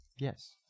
Yes